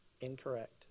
Incorrect